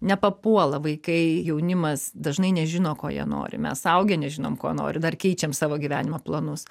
nepapuola vaikai jaunimas dažnai nežino ko jie nori mes suaugę nežinom ko norim dar keičiam savo gyvenimo planus